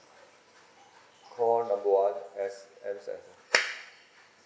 call number one S M_S_F